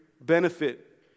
benefit